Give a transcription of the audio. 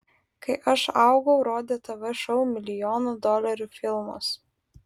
kai aš augau rodė tv šou milijono dolerių filmas